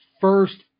first